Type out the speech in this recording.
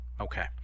Okay